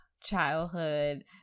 childhood